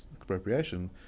appropriation